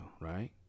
right